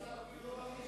השר לא מכחיש,